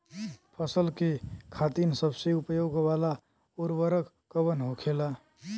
फसल के खातिन सबसे उपयोग वाला उर्वरक कवन होखेला?